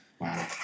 Wow